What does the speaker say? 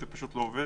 זה פשוט לא עובד.